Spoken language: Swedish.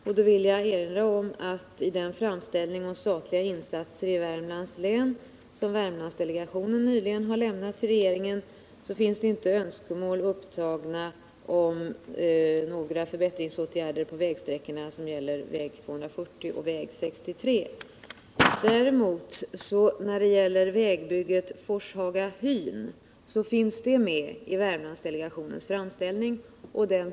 Jag vill då upplysa om att det i den framställning om statliga insatser i Värmland som Värmlandsdelegationen nyligen har lämnat till regeringen inte finns önskemål om några förbättringsåtgärder på sträckor av väg 240 eller väg 63. Vägbygget Forshaga-Hyn finns däremot med i Värmlandsdelegationens framställning.